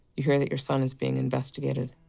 you hear that your son is being investigated.